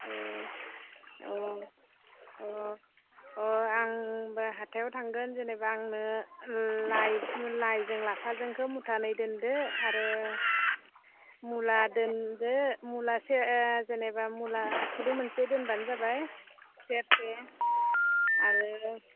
ए औ अ अ आंबो हाथायाव थांगोन जेनेबा आंनो लाइजों लाफाजोंखौ मुथानै दोनदो आरो मुला दोनदो जेनेबा मुला सेरसे दोनबानो जाबाय सेरसे आरो